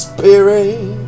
Spirit